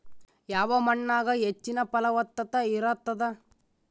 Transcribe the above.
ಯಾವ ಮಣ್ಣಾಗ ಹೆಚ್ಚಿನ ಫಲವತ್ತತ ಇರತ್ತಾದ?